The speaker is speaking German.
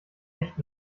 echt